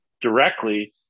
directly